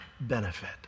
benefit